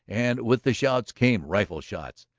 and with the shouts came rifle-shots.